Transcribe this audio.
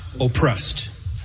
oppressed